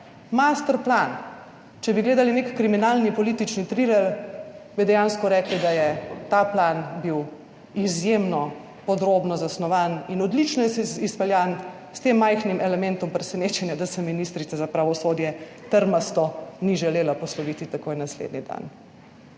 master plan! Če bi gledali nek kriminalni politični triler, bi dejansko rekli, da je ta plan bil izjemno podrobno zasnovan in odlično izpeljan, s tem majhnim elementom presenečenja, da se ministrica za pravosodje trmasto ni želela posloviti takoj naslednji dan,